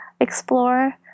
explore